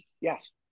yes